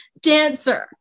dancer